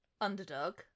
Underdog